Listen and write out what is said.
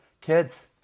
kids